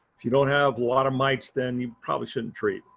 if you don't have a lot of mites then you probably shouldn't treat,